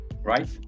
Right